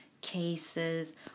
cases